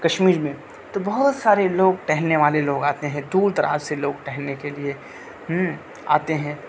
کشمیر میں تو بہت سارے لوگ ٹہلنے والے لوگ آتے ہیں دور دراز سے لوگ ٹہلنے کے لیے ہوں آتے ہیں